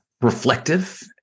reflective